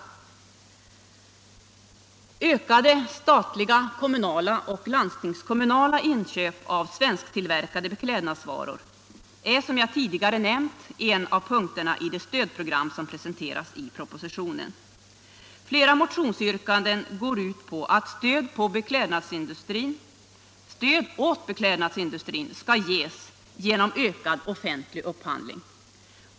Ökade statliga, kommunala och landstingskommunala inköp av svensktillverkade beklädnadsvaror är, som jag tidigare nämnt, en av punkterna i det stödprogram som presenteras i propositionen. Flera motionsyrkanden går ut på att stöd åt beklädnadsindustrin skall ges genom ökad offentlig upphandling.